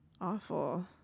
awful